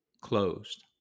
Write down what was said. closed